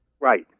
right